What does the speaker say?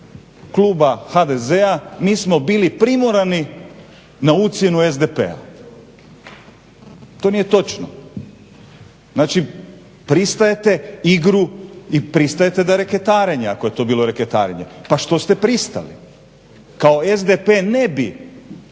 kluba HDZ-a mi smo bili primorani na ucjenu SDP-a. To nije točno. Znači, pristajete igru i pristajete da je reketarenje, ako je to bilo reketarenje. Pa što ste pristali? Kao SDP ne bi